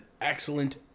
excellent